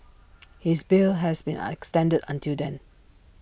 his bail has been extended until then